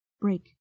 Break